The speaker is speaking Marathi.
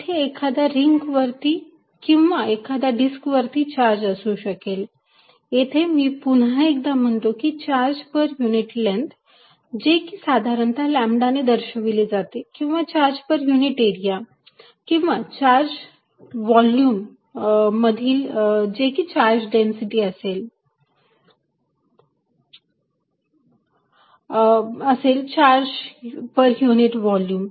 तेथे एखाद्या रिंग वरती किंवा एखादा डिस्क वरती चार्ज असू शकेल येथे मी पुन्हा एकदा म्हणतो की charge per unit length λlength जे की साधारणतः लॅम्बडाने दर्शविले जाते किंवा charge per unit area charge भागिले एरिया σ किंवा चार्ज व्हॉल्यूम मधील चार्ज भागिले व्हॉल्यूम ρ जे की चार्ज डेन्सिटी असेल चार्ज पर युनिट व्हॉल्यूम